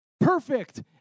perfect